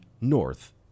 North